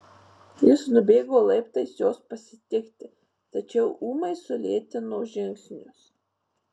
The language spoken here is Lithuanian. jis nubėgo laiptais jos pasitikti tačiau ūmai sulėtino žingsnius